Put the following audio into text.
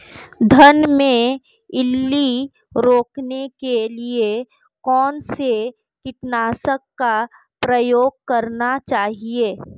धान में इल्ली रोकने के लिए कौनसे कीटनाशक का प्रयोग करना चाहिए?